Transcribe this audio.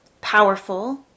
Powerful